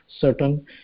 certain